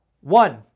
One